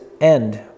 end